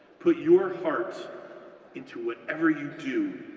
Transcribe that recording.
put your heart into whatever you do,